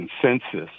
consensus